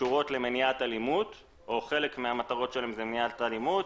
וקשורות למניעת אלימות או שחלק מהמטרות שלהם זה מניעת אלימות.